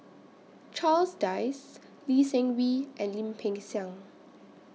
Charles Dyce Lee Seng Wee and Lim Peng Siang